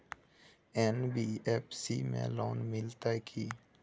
NBFC में loan मिलते की?